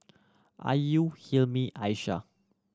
Ayu Hilmi Aishah